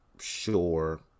sure